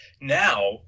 now